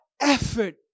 effort